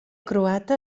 croata